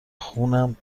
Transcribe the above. خونم